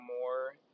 more